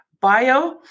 bio